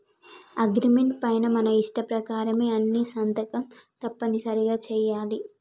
agreement పైన మన ఇష్ట ప్రకారమే అని సంతకం తప్పనిసరిగా చెయ్యాలి